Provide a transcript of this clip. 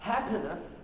Happiness